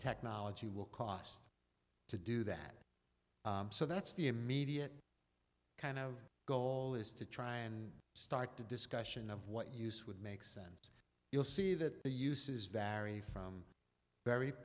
technology will cost to do that so that's the immediate kind of goal is to try and start the discussion of what use would make sense you'll see that they use is vary from very